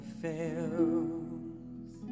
fails